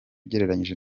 ugereranije